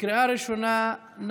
בקריאה ראשונה.